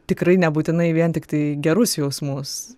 tikrai nebūtinai vien tiktai gerus jausmus